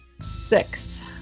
Six